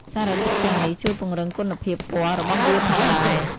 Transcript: សារធាតុទាំងនេះជួយពង្រឹងគុណភាពពណ៌របស់វាផងដែរ។